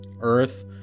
Earth